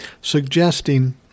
suggesting